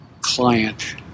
client